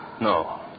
No